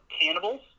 cannibals